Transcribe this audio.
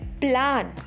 plan